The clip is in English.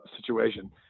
situation